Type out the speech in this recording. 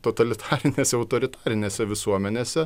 totalitarinėse autoritarinėse visuomenėse